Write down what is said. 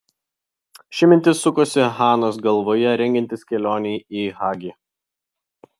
ši mintis sukosi hanos galvoje rengiantis kelionei į hagi